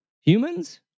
humans